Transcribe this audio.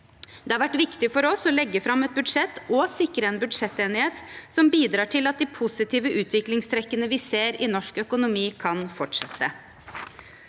Det har vært viktig for oss å legge fram et budsjett og sikre en budsjettenighet som bidrar til at de positive utviklingstrekkene vi ser i norsk økonomi, kan fortsette.